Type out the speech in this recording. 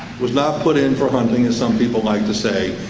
was not put in for hunting as some people like to say.